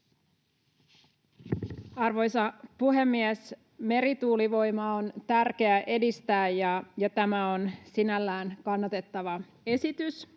Arvoisa puhemies! Merituulivoimaa on tärkeää edistää, ja tämä on sinällään kannatettava esitys.